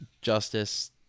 justice